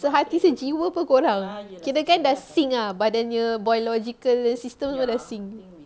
sehati sejiwa [pe] korang kirakan dah sync ah badannya biological system dah sync